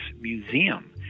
Museum